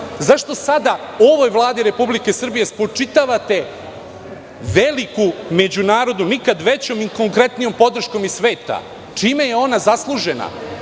Zašto sada ovoj Vladi Republike Srbije spočitavate veliku međunarodnu, nikad veću i konkretniju podršku iz sveta. Čime je ona zaslužena?